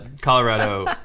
Colorado